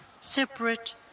separate